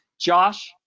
Josh